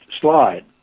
slide